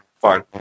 fine